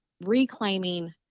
reclaiming